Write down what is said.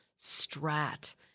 strat